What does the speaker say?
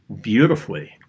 beautifully